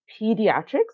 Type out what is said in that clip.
pediatrics